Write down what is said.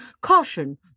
caution